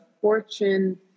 Fortune